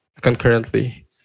concurrently